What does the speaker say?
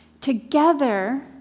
Together